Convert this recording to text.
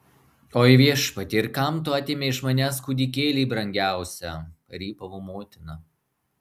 oi viešpatie ir kam tu atėmei iš manęs kūdikėlį brangiausią rypavo motina